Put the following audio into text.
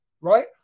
right